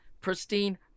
pristine